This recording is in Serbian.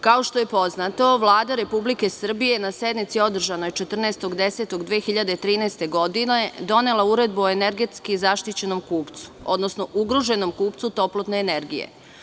Kao što je poznato, Vlada Republike Srbije na sednici održanoj 14.10.2013. godine donela je Uredbu o energetski zaštićenom kupcu, odnosno ugroženom kupcu toplotne energije.